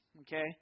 okay